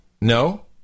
No